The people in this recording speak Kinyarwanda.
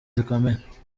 zikomeye